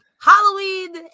halloween